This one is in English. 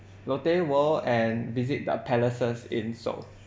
lotte world and visit the palaces in seoul